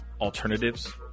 alternatives